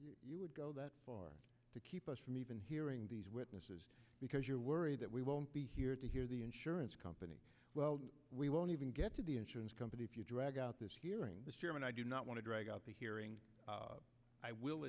you would go that far to keep us from even hearing these witnesses because you're worried that we won't be here to hear the insurance company well we won't even get to the insurance company if you drag out this hearing this year and i do not want to drag out the hearing i will